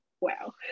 Wow